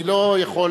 אני לא יכול,